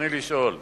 רצוני לשאול: